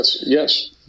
Yes